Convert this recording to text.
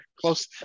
close